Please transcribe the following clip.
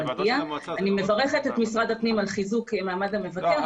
אני מברכת את משרד הפנים על חיזוק מעמד המבקר.